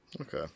Okay